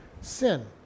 sin